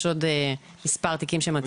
יש עוד מספר תיקים שממתינים.